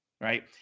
right